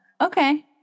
okay